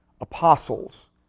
apostles